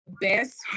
best